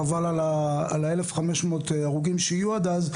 חבל על ה-1500 הרוגים שיהיו עד אז,